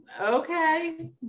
okay